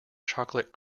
chocolate